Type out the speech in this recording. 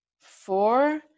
four